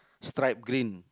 stripe green